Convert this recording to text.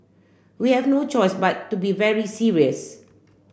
we have no choice but to be very serious